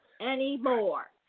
anymore